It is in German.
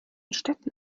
städten